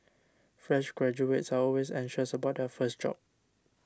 fresh graduates are always anxious about their first job